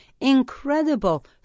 incredible